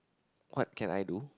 what can I do